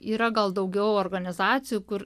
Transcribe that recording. yra gal daugiau organizacijų kur